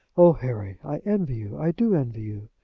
oh, harry, i envy you! i do envy you!